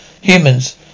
humans